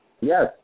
Yes